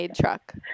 truck